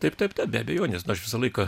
taip taip taip be abejonės na aš visą laiką